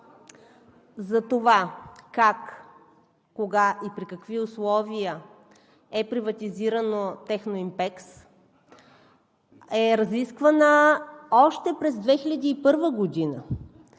за това как, кога и при какви условия е приватизирано „Техноимпекс“, е разисквана още през 2001 г.